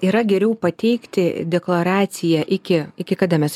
yra geriau pateikti deklaraciją iki iki kada mes